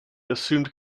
assumed